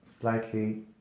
slightly